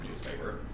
newspaper